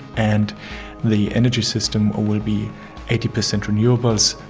and the energy system will be eighty percent renewables.